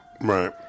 Right